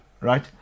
right